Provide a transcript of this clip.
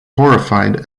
horrified